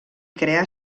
crear